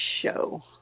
show